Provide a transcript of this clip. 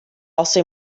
also